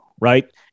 Right